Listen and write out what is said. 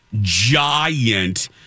giant